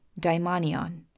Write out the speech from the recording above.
daimonion